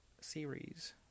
series